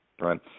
Right